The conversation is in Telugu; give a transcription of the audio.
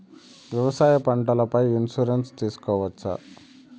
వ్యవసాయ పంటల పై ఇన్సూరెన్సు తీసుకోవచ్చా?